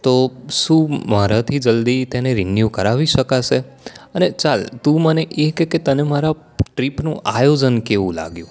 તો શું મારાથી જલ્દીથી તેને રીન્યુ કરાવી શકાશે અને ચાલ તું મને કે એ કહે કે તને મારા ટ્રીપનું આયોજન કેવું લાગ્યું